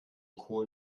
kohl